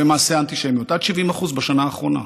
במעשי האנטישמיות, עד 70% בשנה האחרונה.